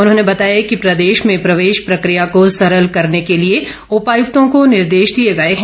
उन्होंने बताया कि प्रदेश में प्रवेश प्रक्रिया को सरल करने के लिए उपायुक्तों को निर्देश दिए गए हैं